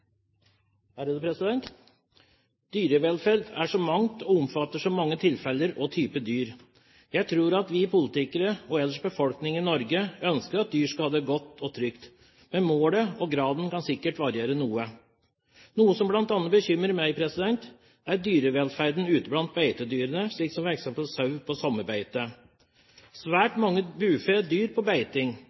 av våren. Dyrevelferd er så mangt, og omfatter så mange tilfeller og typer dyr. Jeg tror at vi politikere og befolkningen ellers i Norge ønsker at dyr skal ha det godt og trygt. Men målet og graden kan sikkert variere noe. Noe som bl.a. bekymrer meg, er dyrevelferden ute blant beitedyrene, slik som f.eks. sau på sommerbeite. Svært mange bufe dør på